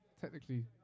technically